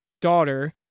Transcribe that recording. daughter